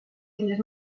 illes